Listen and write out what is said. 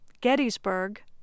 Gettysburg